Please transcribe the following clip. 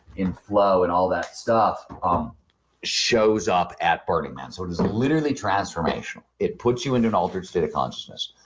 in flow and all that stuff um shows up at burning man. sort of it's literally transformation. it puts you in an altered state of consciousness.